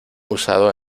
usado